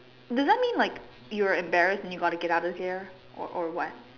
doesn't mean like you are embarrassed and you got to get out of there or or what